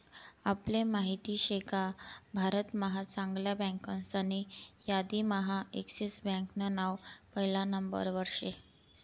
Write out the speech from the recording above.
आपले माहित शेका भारत महा चांगल्या बँकासनी यादीम्हा एक्सिस बँकान नाव पहिला नंबरवर शे